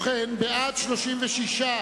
ובכן, בעד, 36,